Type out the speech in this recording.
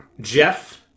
Jeff